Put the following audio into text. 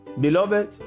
Beloved